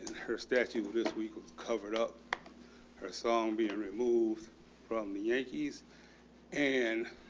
her statue with this week of covered up her song being removed from the yankees and